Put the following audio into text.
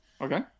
Okay